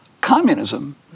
communism